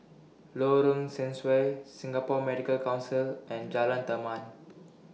Lorong Sesuai Singapore Medical Council and Jalan Taman